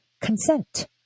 consent